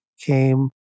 came